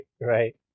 right